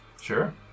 Sure